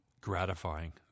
gratifying